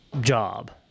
Job